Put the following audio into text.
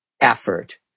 effort